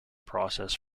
process